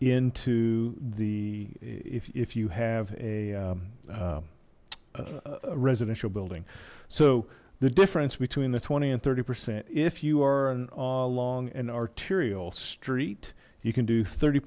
into the if you have a residential building so the difference between the twenty and thirty percent if you are an long and arterial street you can do thirty